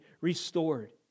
restored